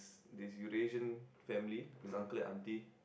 disputation family is uncle and auntie